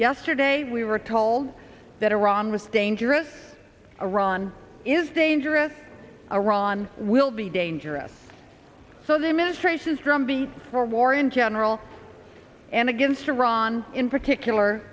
yesterday we were told that iran was dangerous iran is dangerous iran will be dangerous so their ministrations drumbeat for war in general and against iran in particular